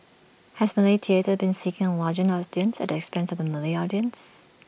has Malay theatre been seeking the larger audience at the expense of the Malay audience